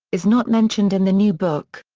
is not mentioned in the new book.